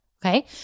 Okay